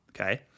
okay